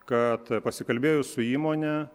kad pasikalbėjus su įmone